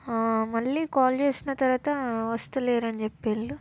మళ్ళీ కాల్ చేసిన తరవాత వస్తలేరని చెప్పింరు